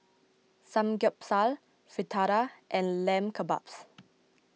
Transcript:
Samgeyopsal Fritada and Lamb Kebabs